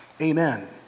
Amen